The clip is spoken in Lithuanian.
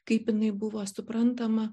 kaip jinai buvo suprantama